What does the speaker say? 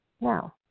Now